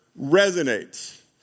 resonates